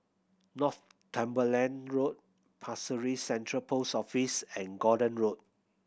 Northumberland Road Pasir Ris Central Post Office and Gordon Road